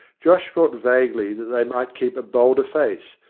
josh felt vaguely that they might keep a bolder face,